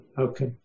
Okay